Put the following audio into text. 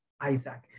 Isaac